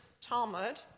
Talmud